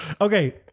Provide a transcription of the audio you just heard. okay